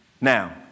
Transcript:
Now